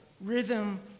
rhythm